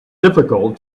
difficult